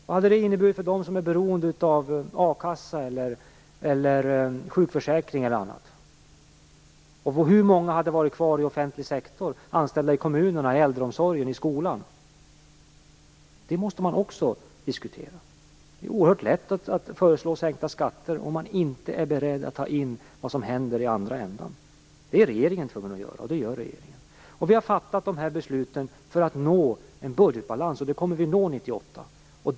Vad hade det inneburit för dem som är beroende av a-kassa eller sjukförsäkring? Hur många anställda hade det funnits kvar i offentlig sektor - i kommunerna, i äldreomsorgen, i skolorna? Det måste man också diskutera. Det är oerhört lätt att föreslå sänkta skatter om man inte är beredd att ta in vad som händer i den andra ändan. Det är regeringen tvungen att göra, och det gör regeringen. Vi har fattat de här besluten för att nå en budgetbalans, och den kommer vi att nå 1998.